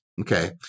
Okay